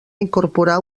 incorporà